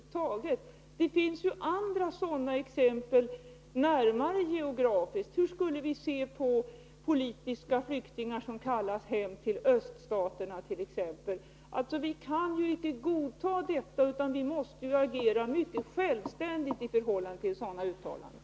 Det finns ju andra sådana som ligger oss närmare geografiskt. Hur skulle vi t.ex. se på politiska flyktingar som kallas hem till öststaterna? Vi kan icke godta sådana uttalanden, utan vi måste agera mycket självständigt i förhållande till dem.